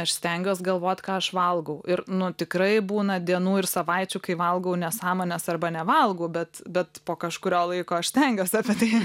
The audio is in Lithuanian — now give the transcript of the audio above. aš stengiuos galvot ką aš valgau ir nu tikrai būna dienų ir savaičių kai valgau nesąmones arba nevalgau bet bet po kažkurio laiko aš stengiuos apie tai